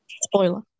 Spoiler